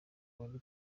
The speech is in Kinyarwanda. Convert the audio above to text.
wari